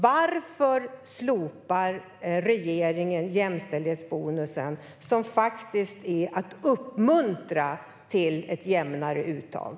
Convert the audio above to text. Varför slopar regeringen jämställdhetsbonusen, som faktiskt är ett sätt att uppmuntra till ett jämnare uttag?